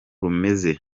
rumeze